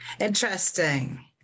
Interesting